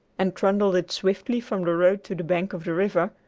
and trundled it swiftly from the road to the bank of the river,